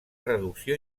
reducció